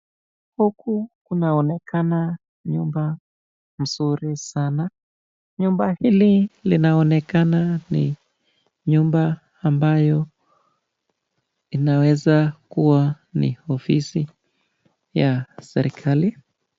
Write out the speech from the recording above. Huku kunaonekana nyumba mzuri sana. Nyumba hili linaonekana ni nyumba ambayo inaweza kuwa ni ofisi ya serikali.